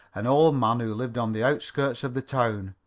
an old man who lived on the outskirts of the town.